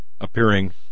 appearing